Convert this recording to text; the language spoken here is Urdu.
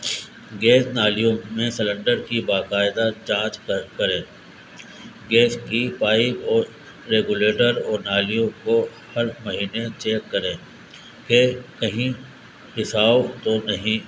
گیس نالیوں میں سلینڈر کی باقاعدہ جانچ کر کریں گیس کی پائپ اور ریگولیٹر اور نالیوں کو ہر مہینے چیک کریں کہ کہیں رساؤ تو نہیں